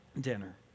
dinner